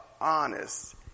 honest